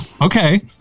okay